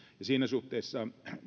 ja siinä suhteessa